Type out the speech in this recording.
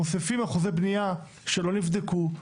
מוסיפים אחוזי בנייה שלא נבדקו,